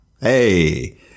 Hey